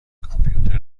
کامپیوتر